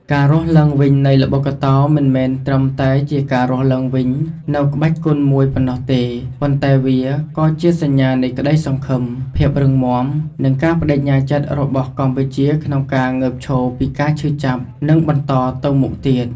ការរស់ឡើងវិញនៃល្បុក្កតោមិនមែនត្រឹមតែជាការរស់ឡើងវិញនូវក្បាច់គុនមួយប៉ុណ្ណោះទេ ប៉ុន្តែវាក៏ជាសញ្ញានៃក្តីសង្ឃឹម ភាពរឹងមាំ និងការប្តេជ្ញាចិត្តរបស់កម្ពុជាក្នុងការងើបឈរពីការឈឺចាប់ និងបន្តទៅមុខទៀត។